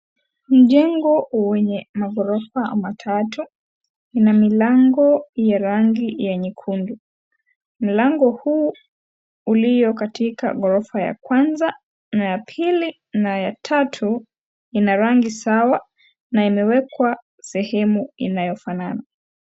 Ni jengo lenye maghorofa matatu ina milango ya rangi ya nyekundu, mlango huu ulio katika ghorofa ya kwanza na ya pili na ya tatu ina rangi sawa na imewekwa sehemu inayofanana.